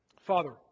Father